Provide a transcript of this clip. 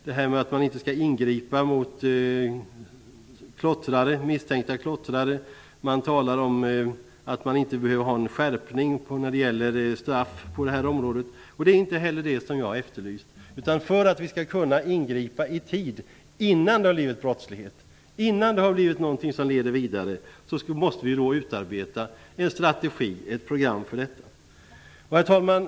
Det sägs att man inte skall ingripa mot misstänkta klottrare och att det inte behövs någon skärpning när det gäller straff på det här området. Men det är inte det som jag har efterlyst. För att vi skall kunna ingripa i tid -- dvs. innan beteendet har gått över i brottslighet eller något i den vägen som leder vidare -- måste vi utarbeta en strategi, ett program, för detta. Herr talman!